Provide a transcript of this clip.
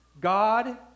God